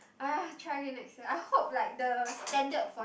!aiya! try again next year I hope like the standard for